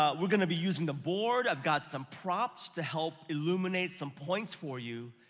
um we're gonna be using the board, i've got some props to help illuminate some points for you,